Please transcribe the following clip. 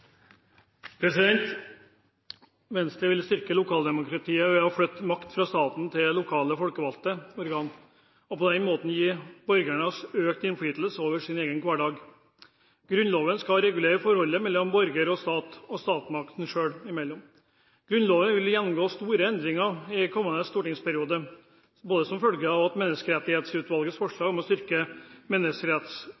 Venstre vil styrke lokaldemokratiet ved å flytte makt fra staten til lokale folkevalgte organ og på den måten gi borgerne økt innflytelse over egen hverdag. Grunnloven skal regulere forholdet mellom borgerne og staten, og statsmaktene seg imellom. Grunnloven vil gjennomgå store endringer i kommende stortingsperiode, både som følge av Menneskerettighetsutvalgets